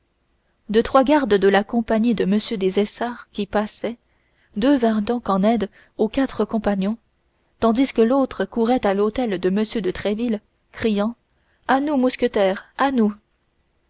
de trois gardes de la compagnie de m des essarts qui passaient deux vinrent donc en aide aux quatre compagnons tandis que l'autre courait à l'hôtel de m de tréville criant à nous mousquetaires à nous